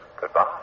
goodbye